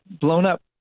Blown-up